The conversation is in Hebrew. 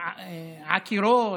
עקירות,